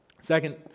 Second